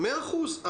מאה אחוז.